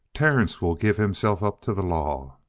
terence will give himself up to the law.